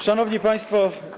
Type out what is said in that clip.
Szanowni Państwo!